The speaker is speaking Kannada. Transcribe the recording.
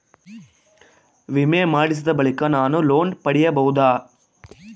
ವಿಮೆ ಮಾಡಿಸಿದ ಬಳಿಕ ನಾನು ಲೋನ್ ಪಡೆಯಬಹುದಾ?